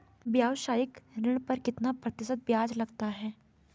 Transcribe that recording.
व्यावसायिक ऋण पर कितना प्रतिशत ब्याज लगता है?